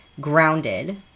grounded